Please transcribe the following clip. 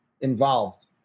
involved